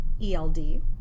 ELD